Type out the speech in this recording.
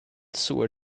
sewer